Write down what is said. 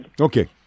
Okay